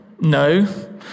No